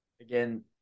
again